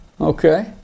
Okay